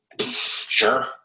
sure